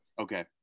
Okay